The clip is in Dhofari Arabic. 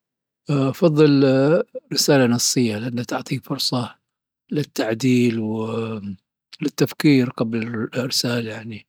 أفضل رسالة نصية لأنها تعطيك فرصة للتعديل وللتفكير قبل الإرسال، يعني.